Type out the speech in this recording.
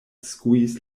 skuis